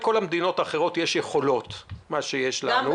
המדינות יש יכולות כמו שיש לנו,